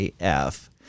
AF